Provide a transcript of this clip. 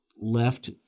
left